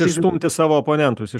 išstumti savo oponentus iš